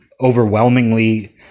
overwhelmingly